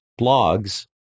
blogs